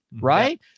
right